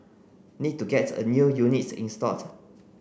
need to gets a new units installed